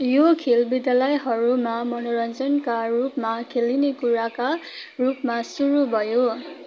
यो खेल विद्यालयहरूमा मनोरञ्जनका रूपमा खेलिने कुराका रूपमा सुरु भयो